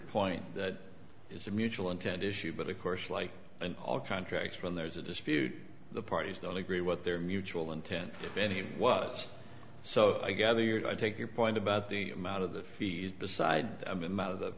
point that it's a mutual intend issue but of course like all contracts when there's a dispute the parties don't agree what their mutual intent and he was so i gather you take your point about the amount of the fees beside the